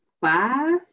five